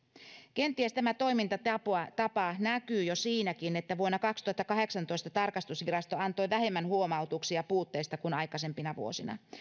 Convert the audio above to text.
kenties tämä toimintatapa näkyy jo siinäkin että vuonna kaksituhattakahdeksantoista tarkastusvirasto antoi vähemmän huomautuksia puutteista kuin aikaisempina vuosina